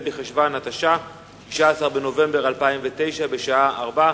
ההצעה עברה ברוב של חמישה ובאפס מתנגדים.